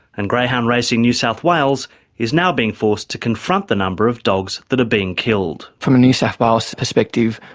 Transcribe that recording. and greyhound racing new south wales is now being forced to confront the number of dogs that are being killed. from a new south wales perspective,